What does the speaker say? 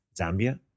Zambia